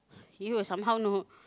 he will somehow know